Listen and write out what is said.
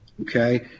Okay